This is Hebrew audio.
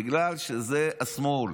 בגלל שזה השמאל,